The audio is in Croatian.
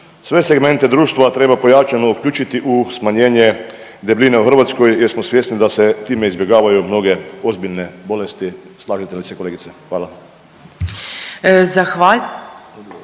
Sve segmente društva treba pojačano uključiti u smanjenje debljine u Hrvatskoj jer smo svjesni da se time izbjegavaju mnoge ozbiljne bolesti. Slažete li se kolegice? Hvala.